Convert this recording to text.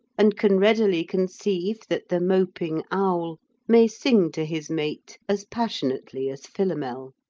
and can readily conceive that the moping owl may sing to his mate as passionately as philomel.